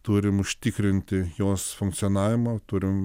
turim užtikrinti jos funkcionavimą turim